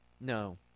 No